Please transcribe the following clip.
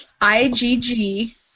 I-G-G